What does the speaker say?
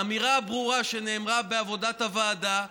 האמירה הברורה שנאמרה בעבודת הוועדה,